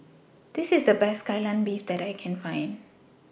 This IS The Best Kai Lan Beef that I Can Find